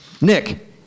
Nick